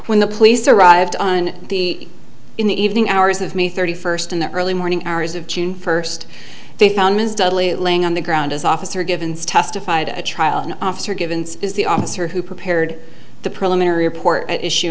when the police arrived on the in the evening hours of may thirty first in the early morning hours of june first they found ms dudley laying on the ground as officer givens testified at trial officer givens is the officer who prepared the preliminary report at issue